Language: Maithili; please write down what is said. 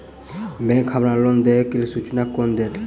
बैंक हमरा लोन देय केँ सूचना कोना देतय?